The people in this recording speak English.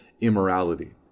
immorality